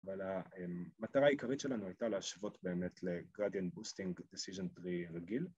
אבל המטרה העיקרית שלנו הייתה להשוות באמת לגרדיאן בוסטינג לדיסיזן טרי רגיל